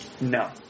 No